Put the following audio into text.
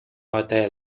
batalla